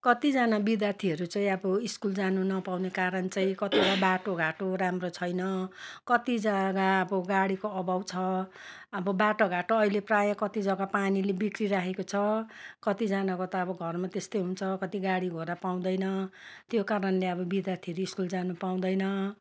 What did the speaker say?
कतिजना विद्यार्थीहरू चाहिँ अब स्कुल जानु नपाउने कारण चाहिँ कतिवटा बाटो घाटो राम्रो छैन कति जगा अब गाडीको अभाव छ अब बाटो घाटो त अहिले प्रायः कति जगा पानीले बिग्रिराखेको छ कतिजनाको अब घरमा त्यस्तै हुन्छ कति गाडी घोडा पाउँदैन त्यो कारणले अब विद्यार्थीहरू स्कुल जानु पाउँदैन